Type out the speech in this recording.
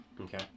Okay